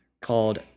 called